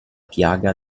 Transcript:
piaga